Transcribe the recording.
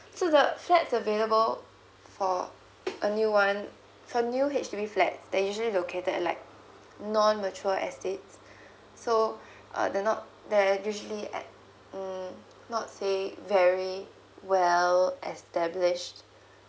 so the flat available for a new one for new H_D_B flat they usually loated like non mature estate so uh the not they're usually at mm not say very well established